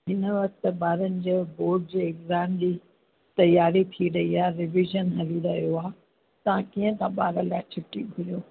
हिन वक्त ॿारनि जो बोर्ड जे एक्ज़ाम जी तयारी थी रयी आहे रिविज़न हली रहियो आहे तव्हां कीअं था ॿार लाइ छुट्टी घुरियो